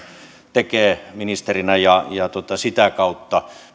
tekee ministerinä sitä kautta